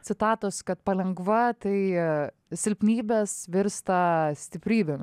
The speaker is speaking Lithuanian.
citatos kad palengva tai silpnybės virsta stiprybėmis